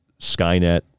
Skynet